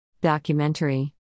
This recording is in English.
Documentary